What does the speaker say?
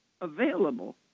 available